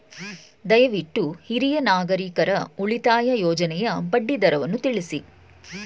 ದಯವಿಟ್ಟು ಹಿರಿಯ ನಾಗರಿಕರ ಉಳಿತಾಯ ಯೋಜನೆಯ ಬಡ್ಡಿ ದರವನ್ನು ತಿಳಿಸಿ